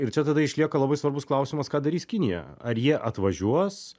ir čia tada išlieka labai svarbus klausimas ką darys kinija ar jie atvažiuos